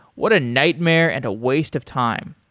what a nightmare and a waste of time.